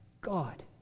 God